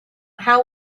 how